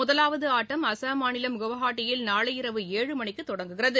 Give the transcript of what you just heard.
முதலாவது போட்டி அஸ்ஸாம் மாநிலம் குவஹாத்தியில் நாளை இரவு ஏழு மணிக்கு தொடங்குகிறது